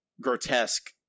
grotesque